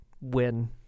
win